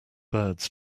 birds